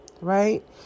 right